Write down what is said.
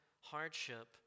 hardship